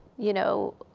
you know,